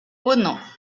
uno